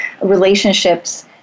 relationships